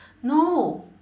no